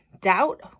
Doubt